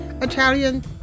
Italian